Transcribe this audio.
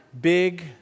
Big